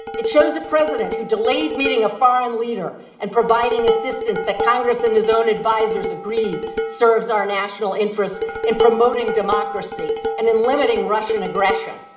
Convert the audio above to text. it shows a president who delayed meeting a foreign leader and providing assistance that congress and his own advisers agreed serves our national interest in promoting democracy and in limiting russian aggression.